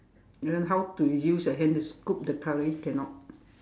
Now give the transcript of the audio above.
and then how to use your hand to scoop the curry cannot